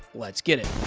let's get it.